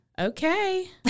Okay